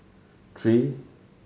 tree